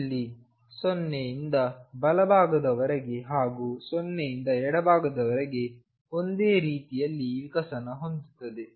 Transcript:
ಇಲ್ಲಿ0 ಇಂದ ಬಲಭಾಗದವರೆಗೆ ಹಾಗೂ 0 ಇಂದ ಎಡಭಾಗದವರೆಗೆ ಒಂದೇ ರೀತಿಯಲ್ಲಿ ವಿಕಸನ ಹೊಂದುತ್ತದೆ